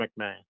McMahon